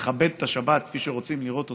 לכבד את השבת כפי שרוצים לראות אותה,